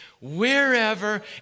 wherever